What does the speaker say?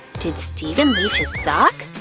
did steven leave his sock?